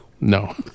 No